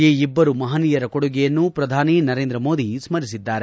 ಈ ಇಬ್ಬರೂ ಮಹನೀಯರ ಕೊಡುಗೆಯನ್ನು ಪ್ರಧಾನಿ ನರೇಂದ್ರ ಮೋದಿ ಸ್ಟರಿಸಿದ್ದಾರೆ